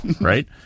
right